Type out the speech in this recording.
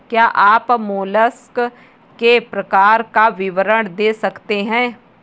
क्या आप मोलस्क के प्रकार का विवरण दे सकते हैं?